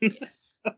Yes